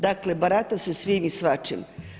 Dakle barata se svim i svačim.